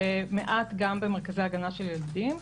ומעט גם במרכזי הגנה של ילדים.